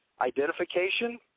identification